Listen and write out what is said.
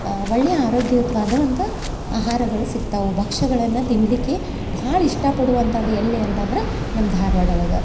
ಒಳ್ಳೆಯ ಆರೋಗ್ಯಯುತವಾದ ವಂತ ಅಹಾರಗಳ ಸಿಗ್ತವು ಭಕ್ಷ್ಯಗಳನ್ನ ತಿನ್ನಲಿಕ್ಕಿ ಭಾಳ ಇಷ್ಟಪಡುವಂಥದ್ ಎಲ್ಲಿ ಅಂತಂದ್ರ ನಮ್ಮ ಧಾರವಾಡ ಒಳಗೆ